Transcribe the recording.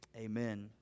Amen